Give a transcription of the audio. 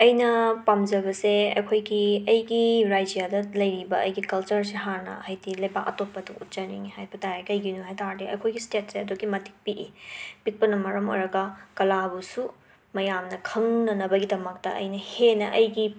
ꯑꯩꯅ ꯄꯥꯝꯖꯕꯁꯦ ꯑꯈꯣꯏꯒꯤ ꯑꯩꯒꯤ ꯔꯥꯖ꯭ꯌꯗ ꯂꯩꯔꯤꯕ ꯑꯩꯒꯤ ꯀꯜꯆꯔꯁꯦ ꯍꯥꯟꯅ ꯍꯥꯏꯗꯤ ꯂꯩꯕꯥꯛ ꯑꯇꯣꯞꯄꯗ ꯎꯠꯆꯅꯤꯡꯏ ꯍꯥꯏꯕꯇꯥꯔꯦ ꯀꯩꯒꯤꯅꯣ ꯍꯥꯏꯇꯥꯔꯗꯤ ꯑꯩꯈꯣꯏꯒꯤ ꯁ꯭ꯇꯦꯠꯁꯦ ꯑꯗꯨꯛꯀꯤ ꯃꯇꯤꯛ ꯄꯤꯛꯏ ꯄꯤꯛꯄꯅ ꯃꯔꯝ ꯑꯣꯏꯔꯒ ꯀꯂꯥꯕꯨꯁꯨ ꯃꯌꯥꯝꯅ ꯈꯪꯅꯅꯕꯒꯤꯗꯃꯛꯇ ꯑꯩꯅ ꯍꯦꯟꯅ ꯑꯩꯒꯤ